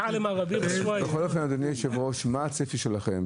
בכל זאת, מה הצפי שלכם?